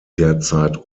derzeit